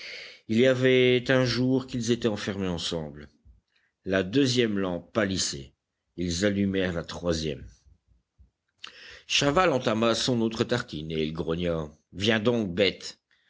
il y avait un jour qu'ils étaient enfermés ensemble la deuxième lampe pâlissait ils allumèrent la troisième chaval entama son autre tartine et il grogna viens donc bête